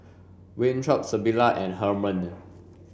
Winthrop Sybilla and Hermon